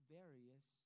various